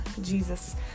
Jesus